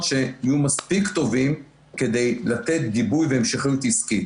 שיהיו מספיק טובים כדי לתת גיבוי להמשכיות עסקית.